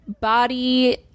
body